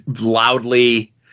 loudly